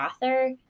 author